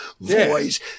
voice